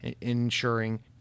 ensuring